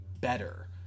better